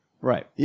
Right